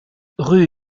rue